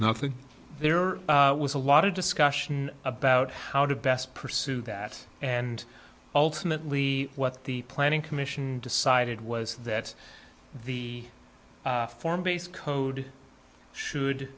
nothing there was a lot of discussion about how to best pursue that and ultimately what the planning commission decided was that the form based code should